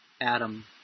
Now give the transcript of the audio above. Adam